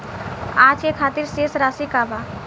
आज के खातिर शेष राशि का बा?